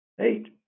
eight